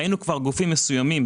וראינו גופים מסוימים,